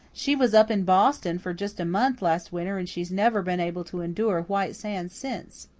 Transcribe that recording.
she was up in boston for just a month last winter and she's never been able to endure white sands since.